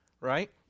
right